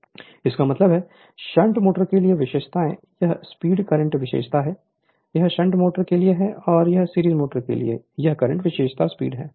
Refer Slide Time 2349 इसका मतलब है शंट मोटर के लिए विशेषताओं यह स्पीड करंट विशेषता है यह शंट मोटर के लिए है और सीरीज मोटर के लिए यह करंट विशेषता स्पीड है